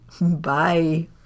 Bye